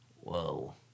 Whoa